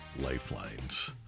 lifelines